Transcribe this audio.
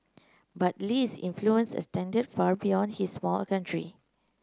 but Lee's influence extended far beyond his small country